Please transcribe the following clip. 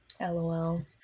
lol